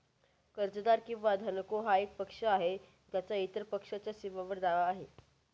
कर्जदार किंवा धनको हा एक पक्ष आहे ज्याचा इतर पक्षाच्या सेवांवर दावा आहे